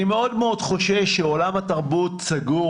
אני מאוד מאוד חושב שעולם התרבות סגור